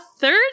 third